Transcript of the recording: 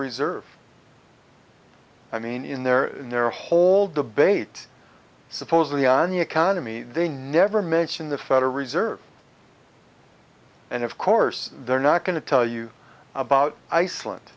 reserve i mean in their whole debate supposedly on the economy they never mention the federal reserve and of course they're not going to tell you about iceland